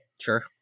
Sure